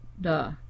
duh